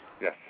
Yes